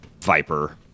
Viper